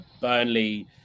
Burnley